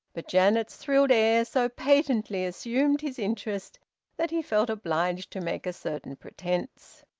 but janet's thrilled air so patently assumed his interest that he felt obliged to make a certain pretence.